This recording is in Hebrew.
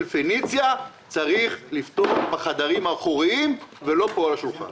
פניציה צריך לפתור בחדרים האחוריים ולא פה על השולחן.